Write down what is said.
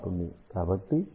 కాబట్టి ఇది omni directional